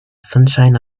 sunshine